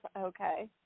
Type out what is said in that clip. Okay